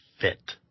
fit